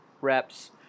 reps